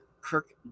Kirk